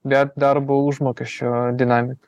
bet darbo užmokesčio dinamika